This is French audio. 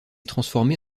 transformée